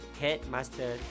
Headmaster